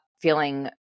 feeling